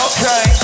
Okay